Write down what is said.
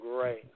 great